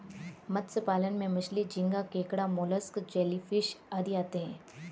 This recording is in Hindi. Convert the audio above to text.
मत्स्य पालन में मछली, झींगा, केकड़ा, मोलस्क, जेलीफिश आदि आते हैं